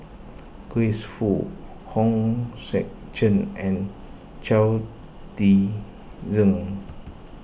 Grace Fu Hong Sek Chern and Chao Tzee Cheng